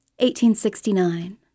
1869